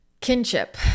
kinship